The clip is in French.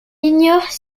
ignore